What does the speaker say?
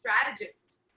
strategist